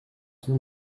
son